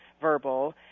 verbal